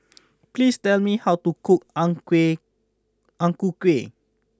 please tell me how to cook Ang Kueh Ang Ku Kueh